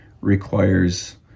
requires